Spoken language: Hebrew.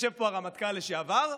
יושב פה הרמטכ"ל לשעבר,